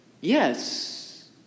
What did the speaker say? Yes